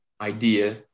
idea